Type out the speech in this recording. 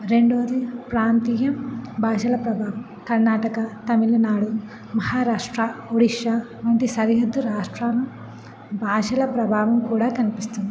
రెండవది ప్రాంతీయ భాషల ప్రభావం కర్ణాటక తమిళనాడు మహారాష్ట్ర ఒడిషా వంటి సరిహద్దు రాష్ట్రాల భాషల ప్రభావం కూడా కనిపిస్తుంది